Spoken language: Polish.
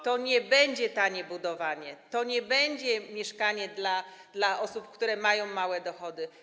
To nie będzie tanie budowanie, to nie będzie mieszkanie dla osób, które mają małe dochody.